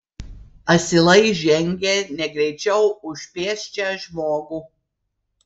asilai žengė negreičiau už pėsčią žmogų